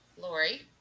Lori